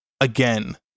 again